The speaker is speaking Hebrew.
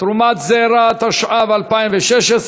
תרומת זרע, התשע"ו 2016,